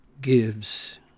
gives